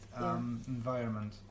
environment